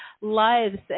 lives